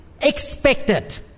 expected